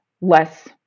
less